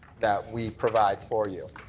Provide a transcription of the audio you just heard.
that we provide for you.